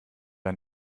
ein